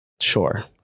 Sure